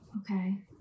Okay